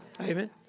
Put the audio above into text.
Amen